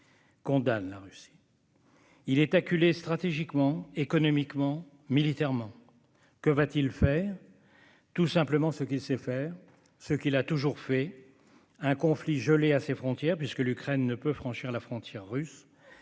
Il est acculé stratégiquement, économiquement, militairement. Que va-t-il faire ? Tout simplement ce qu'il sait faire, ce qu'il fait depuis toujours : un conflit gelé à ses frontières, puisque l'Ukraine ne peut franchir la frontière russe,